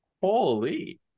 holy